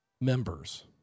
members